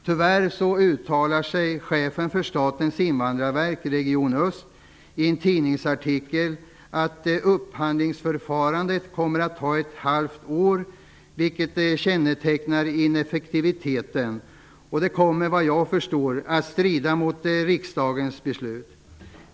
Tyvärr uttalar chefen för Statens invandrarverk, region öst, i en tidningsartikel att upphandlingsförfarandet kommer att ta ett halvt år, vilket kännetecknar ineffektiviteten. Detta kommer, såvitt jag förstår, att strida mot riksdagens beslut.